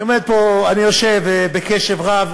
אני יושב פה ומקשיב בקשב רב